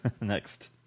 Next